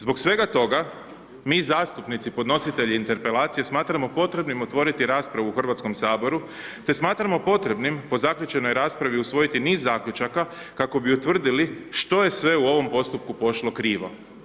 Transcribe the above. Zbog svega toga, mi zastupnici, podnositelji interpelacije, smatramo potrebnim otvoriti raspravu u Hrvatskom saboru, te smatramo potrebnim po zaključenoj raspravi usvojiti niz zaključaka, kako bi utvrdili što je sve u ovom postupku pošlo krivom.